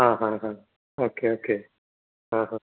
ആ ഹാ ഹാ ഓക്കെ ഓക്കെ ആ ഹാ